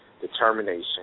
determination